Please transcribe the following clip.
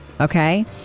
Okay